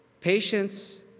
patience